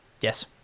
Yes